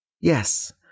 Yes